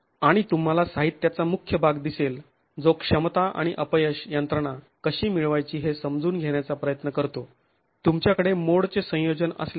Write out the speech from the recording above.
आणि तुम्हाला साहित्याचा मुख्य भाग दिसेल जो क्षमता आणि अपयश यंत्रणा कशी मिळवायची हे समजून घेण्याचा प्रयत्न करतो तुमच्याकडे मोडचे संयोजन असल्यास